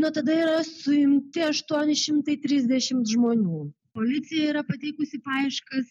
nuo tada yra suimti aštuoni šimtai trisdešimt žmonių policija yra pateikusi paieškas